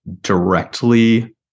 directly